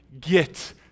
get